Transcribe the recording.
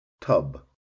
Tub